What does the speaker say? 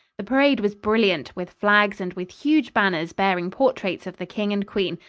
the parade was brilliant with flags and with huge banners bearing portraits of the king and queen,